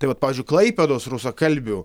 tai vat pavyzdžiui klaipėdos rusakalbių